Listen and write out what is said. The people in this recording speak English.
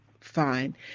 fine